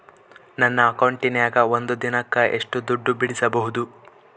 ನನ್ನ ಅಕೌಂಟಿನ್ಯಾಗ ಒಂದು ದಿನಕ್ಕ ಎಷ್ಟು ದುಡ್ಡು ಬಿಡಿಸಬಹುದು?